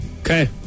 Okay